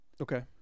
Okay